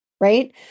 right